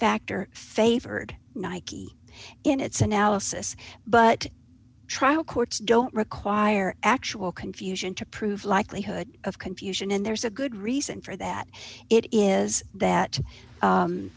factor favored nike in its analysis but trial courts don't require actual confusion to prove likelihood of confusion and there's a good reason for that it is that